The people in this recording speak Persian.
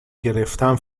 گرفتم